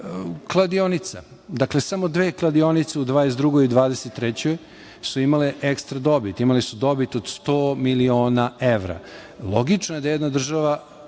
kladionica, dakle samo dve kladionice u 2022/2023. godini su imale ekstra dobit. Imale su dobit od 100 miliona evra. Logično je da jedna država